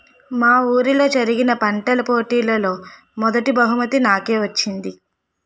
మా వూరిలో జరిగిన పంటల పోటీలలో మొదటీ బహుమతి నాకే వచ్చింది